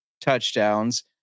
touchdowns